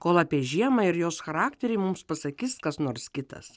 kol apie žiemą ir jos charakterį mums pasakys kas nors kitas